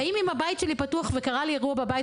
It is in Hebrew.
האם אם הבית שלי פתוח וקרה לי אירוע בבית,